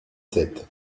sept